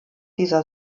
dieser